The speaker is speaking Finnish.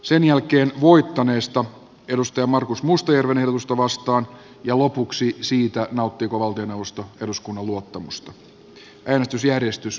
espanjan pankkien tukeminen kuuluu jättää espanjalaisten pankkien omistajien ja espanjan valtion vastuulle eikä siirtää suomalaisten veronmaksajien harteille